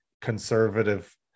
conservative